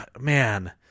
man